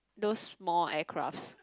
those small aircrafts